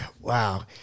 wow